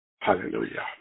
Hallelujah